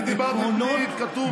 אני דיברתי בלי כתוב שעתיים.